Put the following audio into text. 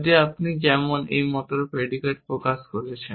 যদি আপনি যেমন এই মত predicate প্রকাশ করেছেন